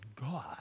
God